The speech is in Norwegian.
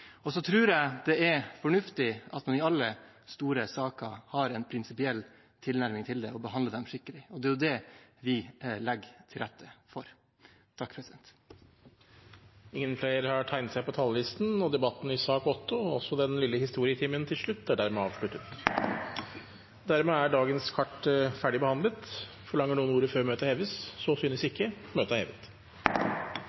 dag. Så tror jeg det er fornuftig at man i alle store saker har en prinsipiell tilnærming til dem og behandler dem skikkelig. Det er det vi legger til rette for. Flere har ikke bedt om ordet til sak nr. 8. Den lille historietimen til slutt er dermed avsluttet. Dermed er sakene på dagens kart ferdigbehandlet. Forlanger noen ordet før møtet heves? Så synes